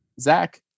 Zach